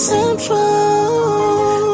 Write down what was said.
Central